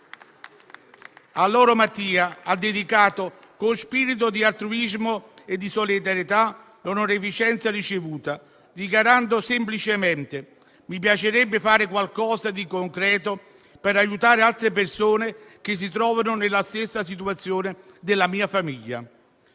A loro Mattia ha dedicato, con spirito di altruismo e di solidarietà, l'onorificenza ricevuta, dichiarando semplicemente: «Mi piacerebbe fare qualcosa per aiutare altre persone che si trovano nella stessa situazione della mia famiglia».